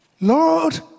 Lord